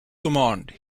command